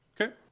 Okay